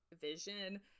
vision